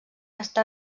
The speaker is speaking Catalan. està